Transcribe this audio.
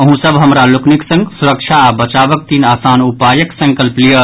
अहूँ सभ हमरा लोकनि संग सुरक्षा आ बचावक तीन आसान उपायक संकल्प लियऽ